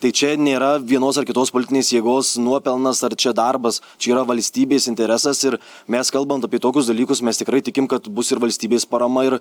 tai čia nėra vienos ar kitos politinės jėgos nuopelnas ar čia darbas čia yra valstybės interesas ir mes kalbant apie tokius dalykus mes tikrai tikim kad bus ir valstybės parama ir